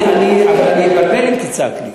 אני אתבלבל אם תצעק לי.